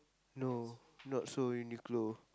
no not so Uniqlo